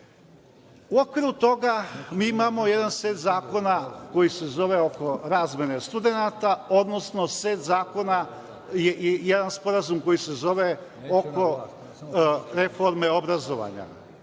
okviru toga, mi imamo jedan set zakona oko razmene studenata, odnosno set zakona i jedan Sporazum koji se zove oko reforme obrazovanja.